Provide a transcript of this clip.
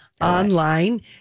Online